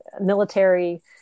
Military